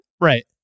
right